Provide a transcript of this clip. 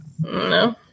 No